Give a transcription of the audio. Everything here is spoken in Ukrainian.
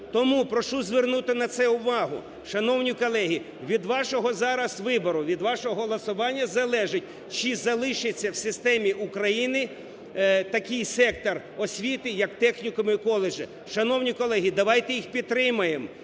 Тому прошу звернути на це увагу. Шановні колеги, від вашого зараз вибору, від вашого голосування залежить, чи залишиться в системі України такий сектор освіти як технікуми і коледжі. Шановні колеги, давайте їх підтримаємо,